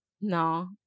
No